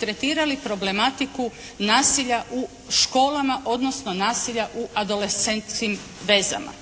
tretirali problematiku nasilja u školama odnosno nasilja u adoloscentskim vezama.